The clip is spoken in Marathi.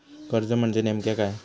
कर्ज म्हणजे नेमक्या काय?